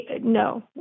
No